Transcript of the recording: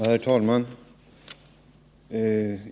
Herr talman!